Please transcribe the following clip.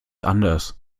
anders